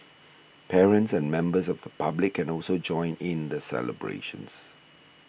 parents and members of the public can also join in the celebrations